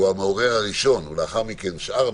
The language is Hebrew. חובתם, כן.